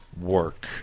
work